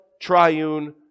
triune